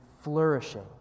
flourishing